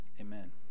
Amen